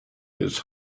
his